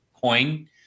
coin